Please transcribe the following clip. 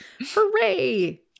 Hooray